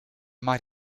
might